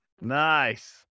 Nice